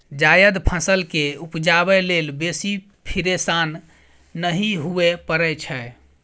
जायद फसल केँ उपजाबै लेल बेसी फिरेशान नहि हुअए परै छै